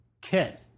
kit